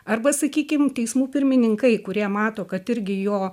arba sakykim teismų pirmininkai kurie mato kad irgi jo